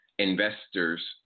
investors